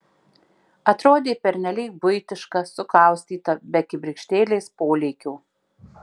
atrodė pernelyg buitiška sukaustyta be kibirkštėlės polėkio